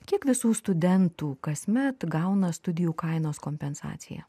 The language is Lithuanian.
kiek visų studentų kasmet gauna studijų kainos kompensaciją